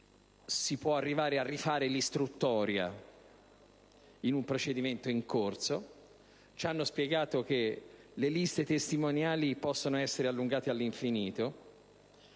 si può arrivare a rifare l'istruttoria in un procedimento in corso, che le liste testimoniali possono essere allungate all'infinito;